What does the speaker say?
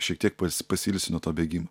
šiek tiek pas pasiilsi nuo to bėgimo